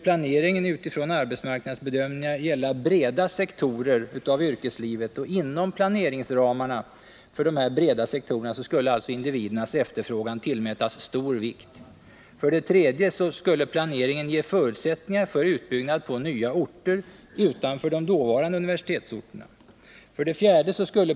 Planeringen utifrån arbetsmarknadsbedömningar skulle gälla breda sektorer av yrkeslivet, och inom planeringsramarna för dessa breda sektorer skulle individernas efterfrågan tillmätas stor vikt. 3. Planeringen skulle ge förutsättningar för utbyggnad på nya orter, dvs. utanför de dåvarande universitetsorterna. 4.